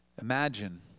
Imagine